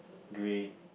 grey